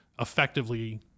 effectively